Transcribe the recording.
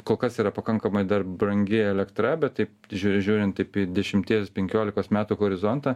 kol kas yra pakankamai dar brangi elektra bet taip žiūri žiūrint taip į dešimties penkiolikos metų horizontą